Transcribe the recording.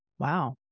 Wow